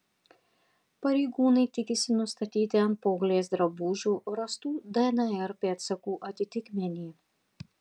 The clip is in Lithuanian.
pareigūnai tikisi nustatyti ant paauglės drabužių rastų dnr pėdsakų atitikmenį